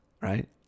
right